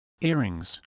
earrings